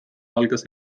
algas